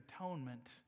atonement